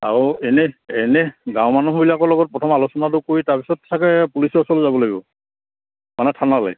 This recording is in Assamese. আৰু এনে এনে গাঁওৰ মানুহবিলাকৰ লগত প্ৰথম আলোচনাটো কৰি তাৰপিছত চাগে পুলিচৰ ওচৰত যাব লাগিব মানে থানালৈ